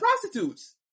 prostitutes